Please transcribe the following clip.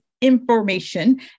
information